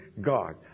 God